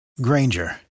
Granger